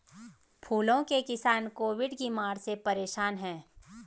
फूलों के किसान कोविड की मार से परेशान है